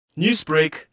Newsbreak